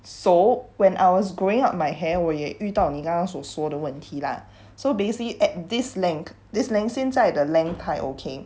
so when I was growing up my hair 我也遇到你刚刚所说的问题 lah so busy at this length this length 现在的 length 还 okay